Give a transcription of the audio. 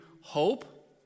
hope